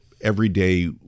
everyday